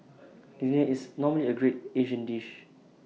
dinner is normally A great Asian dish